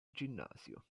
ginnasio